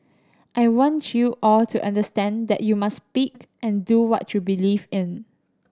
I want you all to understand that you must speak and do what you believe in